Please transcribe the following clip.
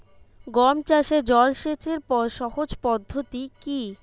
গম চাষে জল সেচের সহজ পদ্ধতি কি?